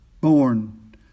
born